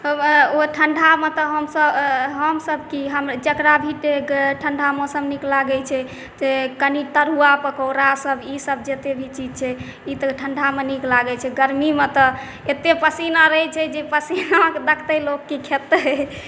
ओ ठण्डामे तऽ हमसब कि जकरा भी ठण्डा मौसम नीक लागै छै से कनि तरुआ पकौड़ासब ईसब जतेक भी चीज छै ई तऽ ठण्डामे नीक लागै छै गरमीमे तऽ एतेक पसीना रहै छै जे पसीनाके देखितै लोक कि खेतै